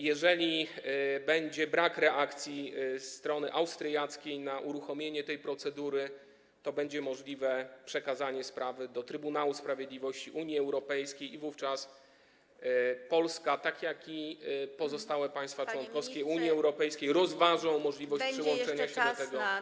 Jeżeli będzie brak reakcji strony austriackiej na uruchomienie tej procedury, to będzie możliwe przekazanie sprawy do Trybunału Sprawiedliwości Unii Europejskiej i wówczas Polska, tak jak i pozostałe państwa członkowskie Unii Europejskiej, rozważy możliwość przyłączenia się do tego postępowania.